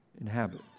inhabit